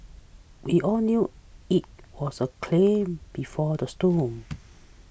we all knew it was the clam before the storm